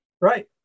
Right